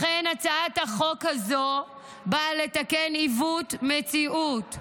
לכן הצעת החוק הזו באה לתקן עיוות מציאות.